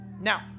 Now